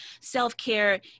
self-care